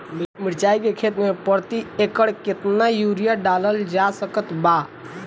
मिरचाई के खेती मे प्रति एकड़ केतना यूरिया डालल जा सकत बा?